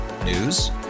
News